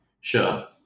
Sure